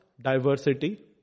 diversity